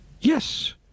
Yes